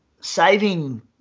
saving